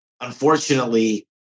unfortunately